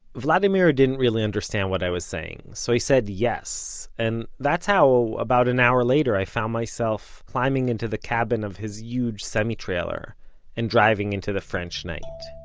vladimir didn't really understand what i was saying, so he said yes, and that's how about an hour later i found myself climbing into the cabin of his huge semi-trailer and driving into the french night